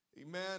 Amen